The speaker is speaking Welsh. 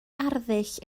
arddull